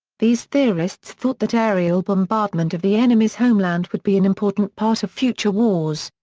these theorists thought that aerial bombardment of the enemy's homeland would be an important part of future wars.